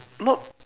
not